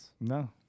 No